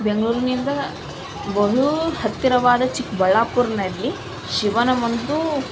ಬೆಂಗಳೂರಿನಿಂದ ಬಹು ಹತ್ತಿರವಾದ ಚಿಕ್ಕಬಳ್ಳಾಪುರದಲ್ಲಿ ಶಿವನ ಒಂದು